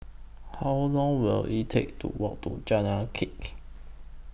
How Long Will IT Take to Walk to Jalan